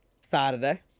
Saturday